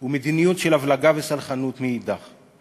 גיסא ומדיניות הבלגה וסלחנות מאידך גיסא.